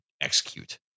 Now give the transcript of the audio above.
execute